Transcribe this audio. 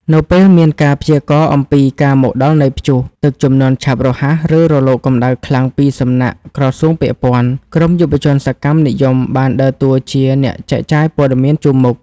នៅពេលមានការព្យាករណ៍អំពីការមកដល់នៃព្យុះ ទឹកជំនន់ឆាប់រហ័ស ឬរលកកម្ដៅខ្លាំងពីសំណាក់ក្រសួងពាក់ព័ន្ធ ក្រុមយុវជនសកម្មនិយមបានដើរតួជា អ្នកចែកចាយព័ត៌មានជួរមុខ។